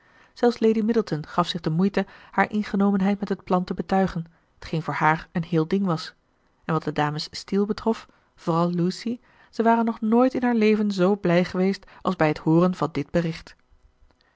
zelfs lady middleton gaf zich de moeite haar ingenomenheid met het plan te betuigen t geen voor haar een heel ding was en wat de dames steele betrof vooral lucy zij waren nog nooit in haar leven zoo blij geweest als bij het hooren van dit bericht